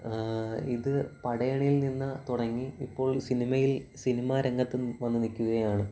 ഇത് പടയണിയിൽ നിന്ന് തുടങ്ങി ഇപ്പോൾ സിനിമയിൽ സിനിമാരംഗത്ത് വന്ന് നിൽക്കുകയാണ്